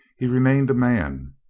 he remained a man.